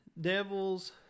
devil's